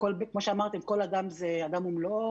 כמו שאמרתם, כל אדם הוא אדם ומלואו